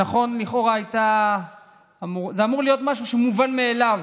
נכון שלכאורה זה אמור להיות משהו שמובן מאליו.